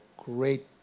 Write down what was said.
great